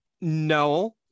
No